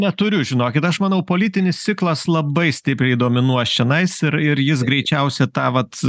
neturiu žinokit aš manau politinis ciklas labai stipriai dominuos čianais ir ir jis greičiausia tą vat